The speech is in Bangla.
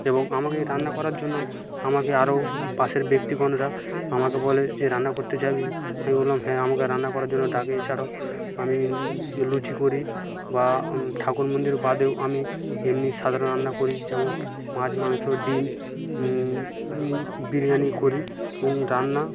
এবং আমাকে রান্না করার জন্য আমাকে আরও পাশের ব্যক্তিগণরা আমাকে বলে যে রান্না করতে যাবি আমি বললাম হ্যাঁ আমাকে রান্না করার জন্য ডাকে এছাড়াও আমি লুচি করি বা আমি ঠাকুর মন্দিরে বাদেও আমি এমনি সাধারণ রান্নাও করি যেমন মাছ মাংস ডিম বিরিয়ানি করি এবং রান্না